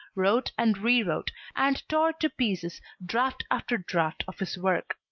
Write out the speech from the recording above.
wrote and re-wrote and tore to pieces draft after draft of his work.